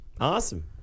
Awesome